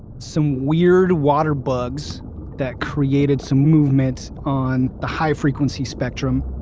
some weird water bugs that created some movement on the high frequency spectrum.